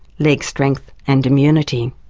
leg strength and immunity.